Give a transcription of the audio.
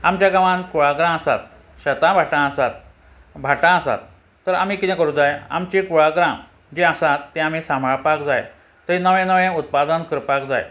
आमच्या गांवांत कुळागरां आसात शेतां भाटां आसात भाटां आसात तर आमी कितें करूं जाय आमची कुळागरां जीं आसात तीं आमी सांबाळपाक जाय थंय नवें नवें उत्पादन करपाक जाय